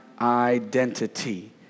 identity